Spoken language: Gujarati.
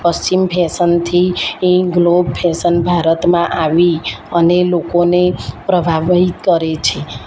પશ્ચિમ ફેશનથી અહીં ગ્લોબ ફેશન ભારતમાં આવી અને લોકોને પ્રભાવિત કરે છે